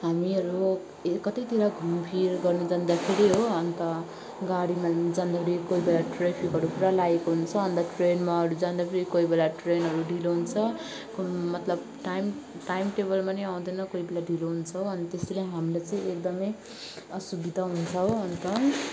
हामीहरू यहाँ कतैतिर घुमफिर गर्नु जाँदाखेरि हो अन्त गाडीमा जाँदाखेरि कोही बेला ट्राफिकहरू पुरा लागेको हुन्छ अन्त ट्रेनमाहरू जाँदाखेरि कोही बेला ट्रेनहरू ढिलो हुन्छ कोही मतलब टाइम टाइम टेबलमा नै आउँदैन कोही बेला ढिलो हुन्छ हो अनि त्यसरी हाम्रो चाहिँ एकदमै असुविधा हुन्छ हो अन्त